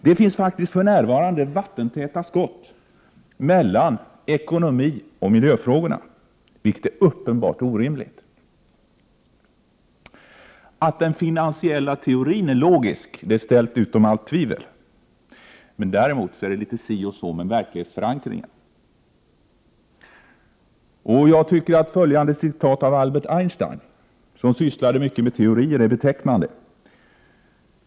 Det finns för närvarande vattentäta skott mellan ekonomioch miljöfrågorna, vilket är uppenbart orimligt. Att den finansiella teorin är logisk är ställt utom allt tvivel, däremot är det litet si och så med verklighetsförankringen. Jag tycker att följande citat av Albert Einstein, som sysslade mycket med teorier, är betecknande.